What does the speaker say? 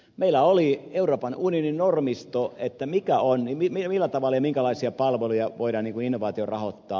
meillä oli euroopan unionin normisto millä tavalla ja minkälaisia palveluja voidaan innovaatiorahoittaa